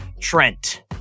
Trent